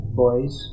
boys